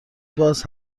باز